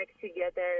together